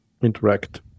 interact